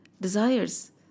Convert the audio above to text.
Desires